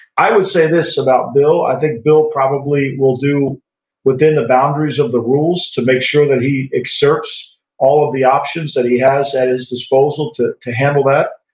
i would say this about bill. i think bill probably will do within the boundaries of the rules to make sure that he excerpts all of the options that he has at his disposal to to handle that,